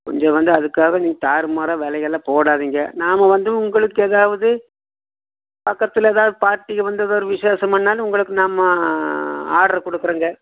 கொஞ்சம் வந்து அதுக்காக நீங்க தாறுமாறாக விலையல்லாம் போடாதீங்க நா வந்து உங்களுக்கு எதாவது பக்கத்தில் எதாவது பார்ட்டிகள் வந்து எதோரு விசேஷம்னாலும் உங்களுக்கு நம்ம ஆட்ரு கொடுக்குறங்க